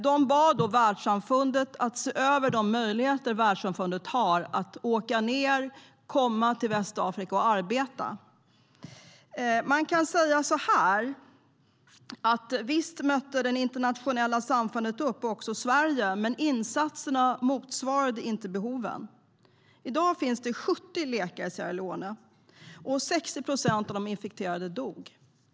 De bad då världssamfundet att se över de möjligheter som världssamfundet har för att människor skulle åka till Västafrika och arbeta. Man kan säga att det internationella samfundet visst mötte upp, även Sverige, men insatserna motsvarade inte behoven. I dag finns det 70 läkare i Sierra Leone, och 60 procent av de infekterade människorna dog.